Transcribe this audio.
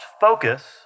focus